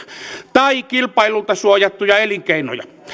tai kilpailulta suojattuja elinkeinoja